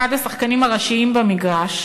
אחד השחקנים הראשיים במגרש,